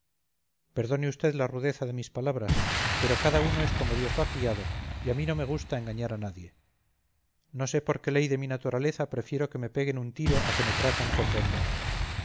perdone usted la rudeza de mis palabras pero cada uno es como dios lo ha criado y a mí no me gusta engañar a nadie no sé por qué ley de mi naturaleza prefiero que me peguen un tiro a que me traten con bondad